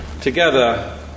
Together